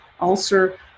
ulcer